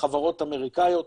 וחברות אמריקאיות,